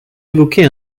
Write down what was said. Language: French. évoquez